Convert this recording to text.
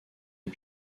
les